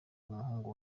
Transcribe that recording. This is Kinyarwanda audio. umuhungu